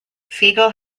siegel